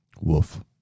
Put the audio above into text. Woof